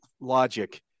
logic